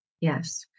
Yes